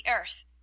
earth